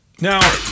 Now